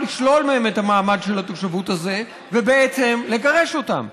לשלול מהם את המעמד הזה של התושבות ובעצם לגרש אותם.